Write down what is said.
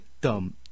dumb